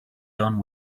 done